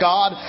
God